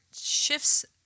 shifts